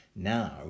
Now